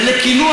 ולקינוח,